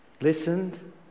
Listened